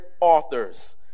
authors